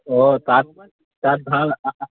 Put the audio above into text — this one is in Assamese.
অঁ তাত তাত ভাল